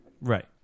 Right